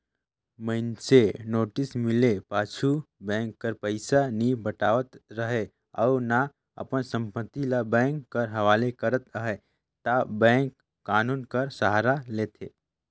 मइनसे नोटिस मिले पाछू बेंक कर पइसा नी पटावत रहें अउ ना अपन संपत्ति ल बेंक कर हवाले करत अहे ता बेंक कान्हून कर सहारा लेथे